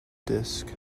disc